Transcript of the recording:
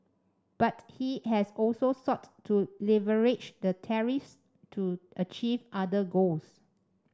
but he has also sought to leverage the tariffs to achieve other goals